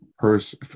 person